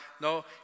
No